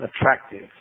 attractive